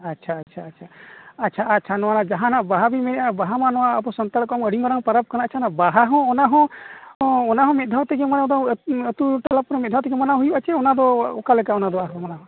ᱟᱪᱪᱷᱟ ᱟᱪᱪᱷᱟ ᱟᱪᱪᱷᱟ ᱟᱪᱪᱷᱟ ᱱᱚᱜᱼᱚᱸᱭ ᱡᱟᱦᱟᱱᱟᱜ ᱵᱟᱦᱟᱵᱤᱱ ᱞᱟᱹᱭᱮᱜᱼᱟ ᱵᱟᱦᱟᱢᱟ ᱱᱚᱣᱟ ᱟᱵᱚ ᱥᱟᱱᱛᱟᱲᱟ ᱠᱚᱣᱟᱜ ᱢᱟ ᱟᱹᱰᱤ ᱢᱟᱨᱟᱝ ᱯᱟᱨᱟᱵᱽ ᱠᱟᱱᱟ ᱟᱪᱪᱷᱟ ᱚᱱᱟ ᱵᱟᱦᱟ ᱦᱚᱸ ᱚᱱᱟ ᱦᱚᱸ ᱚᱱᱟ ᱦᱚᱸ ᱢᱤᱫ ᱫᱷᱟᱣ ᱛᱮᱜᱮ ᱟᱛᱳ ᱟᱛᱳ ᱴᱚᱞᱟ ᱠᱚᱨᱮ ᱢᱤᱫ ᱫᱷᱟᱣ ᱛᱮᱜᱮ ᱢᱟᱱᱟᱣ ᱦᱩᱭᱩᱜᱼᱟ ᱪᱮ ᱚᱱᱟ ᱫᱚ ᱚᱠᱟ ᱞᱮᱠᱟ ᱚᱱᱟ ᱫᱚ ᱟᱨᱦᱚᱸ ᱢᱟᱱᱟᱣᱟ